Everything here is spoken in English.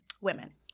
women